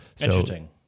Interesting